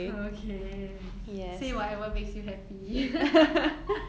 okay say whatever makes you happy